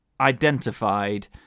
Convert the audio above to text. identified